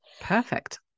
perfect